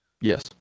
Yes